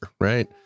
right